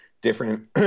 different